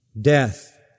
death